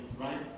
right